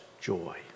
joy